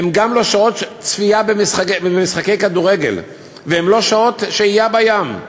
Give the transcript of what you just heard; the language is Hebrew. הן גם לא שעות של צפייה במשחקי כדורגל והן לא שעות שהייה בים.